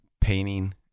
painting